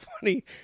funny